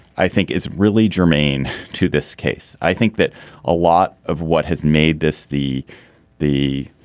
i think is really germane to this case i think that a lot of what has made this the the